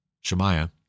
Shemaiah